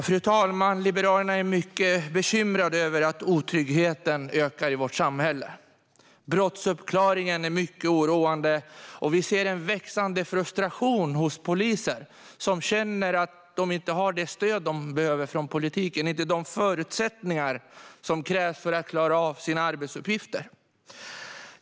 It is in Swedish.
Fru talman! Liberalerna är mycket bekymrade över att otryggheten ökar i vårt samhälle. Brottsuppklaringen är mycket oroande, och vi ser en växande frustration hos poliser som känner att de inte har det stöd de behöver från politiken. De har inte de förutsättningar som krävs för att de ska klara av sina arbetsuppgifter.